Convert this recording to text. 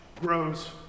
grows